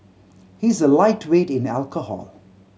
he is a lightweight in alcohol